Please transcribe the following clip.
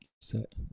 set